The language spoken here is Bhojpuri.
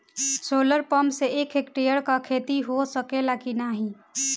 सोलर पंप से एक हेक्टेयर क खेती हो सकेला की नाहीं?